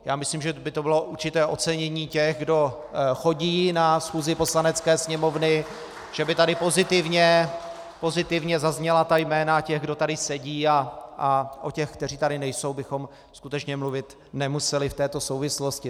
Já myslím, že by to bylo určité ocenění těch, kdo chodí na schůzi Poslanecké sněmovny, že by tady pozitivně zazněla ta jména těch, kdo tady sedí, a o těch, kteří tady nejsou, bychom skutečně mluvit nemuseli v této souvislosti.